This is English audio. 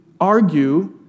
argue